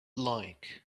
like